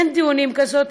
אין דיונים כאלה.